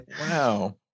Wow